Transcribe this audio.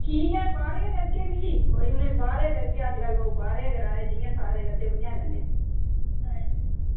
ठीक ऐ बाहर गै करगे भी बाहर कोई गल्ल निं बाहर गै करगे जियां अज्जकल सारे करा दे दुनिया कन्नै